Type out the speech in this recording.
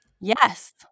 Yes